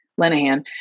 Lenahan